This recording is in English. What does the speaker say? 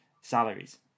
salaries